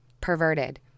perverted